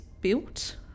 built